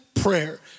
prayer